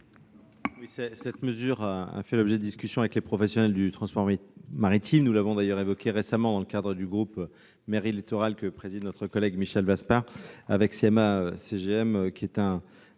Cette mesure a fait l'objet de discussions avec les professionnels du transport maritime. Nous l'avons d'ailleurs évoquée récemment au sein du groupe d'études Mer et littoral, que préside notre collègue Michel Vaspart, avec les représentants